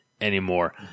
anymore